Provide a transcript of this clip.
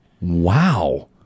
wow